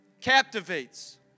captivates